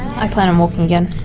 i plan on walking again,